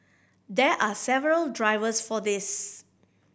there are several drivers for this